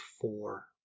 four